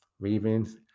Ravens